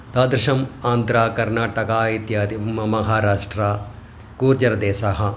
तादृशम् आन्ध्रा कर्नाटकः इत्यादि म महाराष्ट्रः गुर्जरदेशः